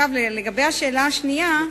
2. לגבי השאלה השנייה,